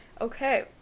okay